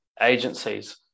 agencies